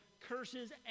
curses